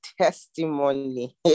testimony